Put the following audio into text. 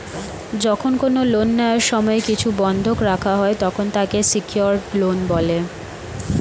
যখন কোন লোন নেওয়ার সময় কিছু বন্ধক রাখা হয়, তখন তাকে সিকিওরড লোন বলে